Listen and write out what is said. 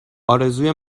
ارزوی